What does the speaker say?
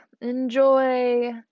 Enjoy